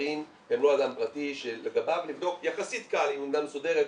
הזרים הם לא עולם פרטי שלגביו לבדוק יחסית קל --- מסודרת,